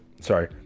sorry